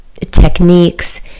techniques